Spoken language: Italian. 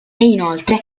inoltre